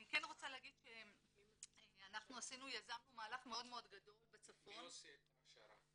אני רוצה להגיד שיזמנו מהלך מאוד גדול בצפון --- מי עושה את ההכשרה?